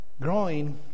growing